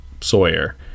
sawyer